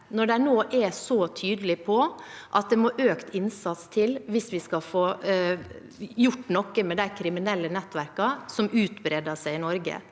når de nå er så tydelige på at det må økt innsats til hvis vi skal få gjort noe med de kriminelle nettverkene som brer seg i Norge.